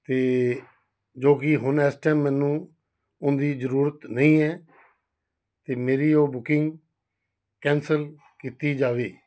ਅਤੇ ਜੋ ਕਿ ਹੁਣ ਇਸ ਟਾਈਮ ਮੈਨੂੰ ਉਹਦੀ ਜ਼ਰੂਰਤ ਨਹੀਂ ਹੈ ਅਤੇ ਮੇਰੀ ਉਹ ਬੁਕਿੰਗ ਕੈਂਸਲ ਕੀਤੀ ਜਾਵੇ